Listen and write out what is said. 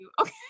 Okay